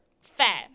fat